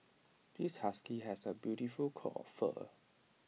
this husky has A beautiful coat of fur